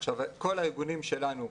כל הארגונים שלנו,